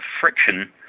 friction